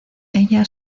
ella